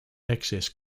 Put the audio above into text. excess